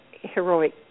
heroic